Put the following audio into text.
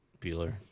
Bueller